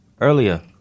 earlier